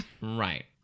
Right